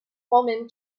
woman